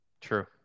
True